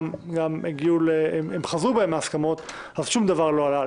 גם חזרו בהם מההסכמות אז שום דבר לא עלה,